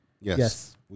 Yes